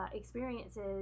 experiences